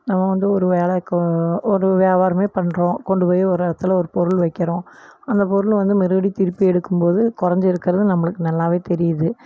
நம்ம வந்து ஒரு வேலைக்கோ ஒரு வியாபாரமே பண்ணுறோம் கொண்டு போய் ஒரு இடத்துல ஒரு பொருள் வைக்கிறோம் அந்த பொருளை வந்து மறுபடியும் திருப்பி எடுக்கும் போது குறைஞ்சிருக்கறது நம்மளுக்கு நல்லாவே தெரியுது